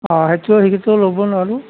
অঁ সেইটো ৰিস্কও ল'ব নোৱাৰো